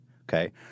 Okay